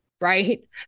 right